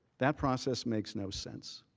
that process makes no sense.